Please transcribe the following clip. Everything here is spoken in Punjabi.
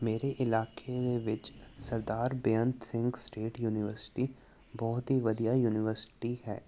ਮੇਰੇ ਇਲਾਕੇ ਦੇ ਵਿੱਚ ਸਰਦਾਰ ਬੇਅੰਤ ਸਿੰਘ ਸਟੇਟ ਯੂਨੀਵਰਸਿਟੀ ਬਹੁਤ ਹੀ ਵਧੀਆ ਯੂਨੀਵਰਸਿਟੀ ਹੈ